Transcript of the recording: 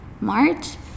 March